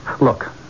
Look